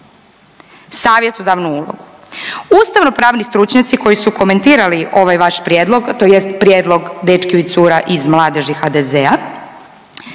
savjetodavnu ulogu. Ustavno-pravni stručnjaci koji su komentirali ovaj vaš prijedlog, tj. prijedlog dečkiju i cura iz Mladeži HDZ-a,